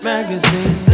Magazine